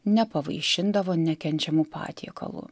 nepavaišindavo nekenčiamu patiekalu